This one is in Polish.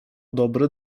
dobry